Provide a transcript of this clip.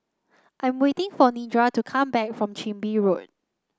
I'm waiting for Nedra to come back from Chin Bee Road